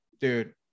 Dude